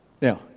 Now